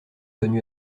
connu